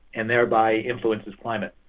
and thereby influences climate.